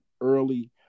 early